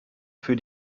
für